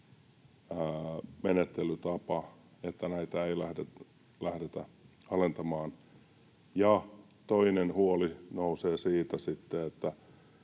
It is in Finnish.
menettelytapa, että näitä ei lähdetä alentamaan. Toinen huoli nousee siitä